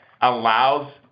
allows